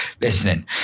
listening